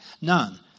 None